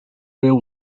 rail